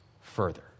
further